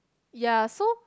ya so